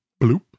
bloop